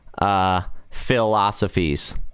philosophies